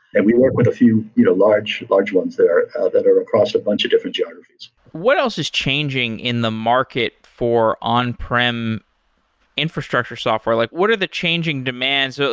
and we work with a few you know large large ones that are that are across a bunch of different geographies what else is changing in the market for on-prem infrastructure software? like what are the changing demands? ah